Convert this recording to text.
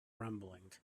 rumbling